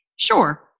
Sure